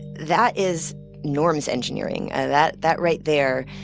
that is norms engineering. ah that that right there,